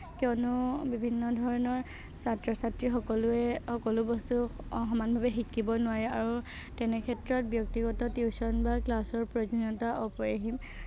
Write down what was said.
কিয়নো বিভিন্ন ধৰণৰ ছাত্ৰ ছাত্ৰী সকলোৱে সকলো বস্তু সমান ভাৱে শিকিব নোৱাৰে আৰু তেনেক্ষেত্ৰত ব্যক্তিগত টিউশ্যন বা ক্লাছৰ প্ৰয়োজনীয়তা অপৰিসীম